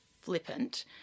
flippant